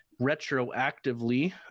retroactively